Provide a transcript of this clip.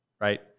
right